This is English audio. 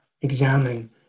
examine